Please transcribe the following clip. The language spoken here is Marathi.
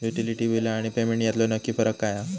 युटिलिटी बिला आणि पेमेंट यातलो नक्की फरक काय हा?